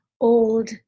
old